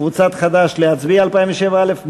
קבוצת חד"ש, להצביע 207א?